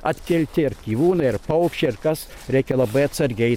atkelti ar gyvūnai ar paukščiai ar kas reikia labai atsargiai